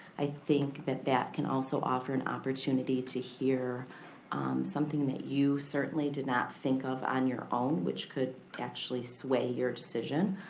i think that that can also offer an opportunity to hear something that you certainly did not think of on your own, which could actually sway your decision,